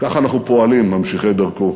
כך אנחנו פועלים, ממשיכי דרכו.